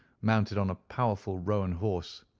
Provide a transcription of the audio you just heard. mounted on a powerful roan horse,